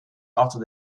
after